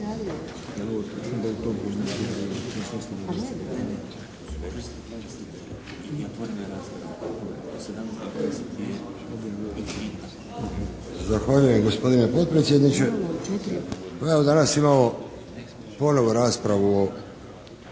Zahvaljujem gospodine potpredsjedniče. Evo danas imamo ponovo raspravu